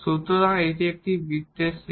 সুতরাং এটি এখানে সমস্ত বৃত্তের সেট